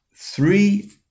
three